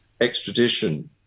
extradition